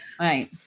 Right